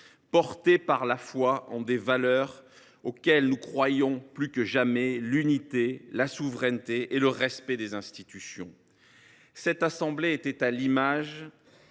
portée par la foi en des valeurs auxquelles nous croyons plus que jamais : l’unité, la souveraineté et le respect des institutions. Cette assemblée était, à l’image